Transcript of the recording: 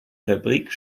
fabrik